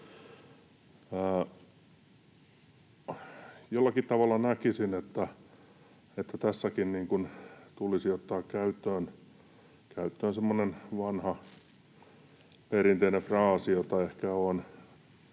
Jollakin tavalla näkisin, että tässäkin tulisi ottaa käyttöön semmoinen vanha, perinteinen fraasi, jota ehkä olen